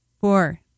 Four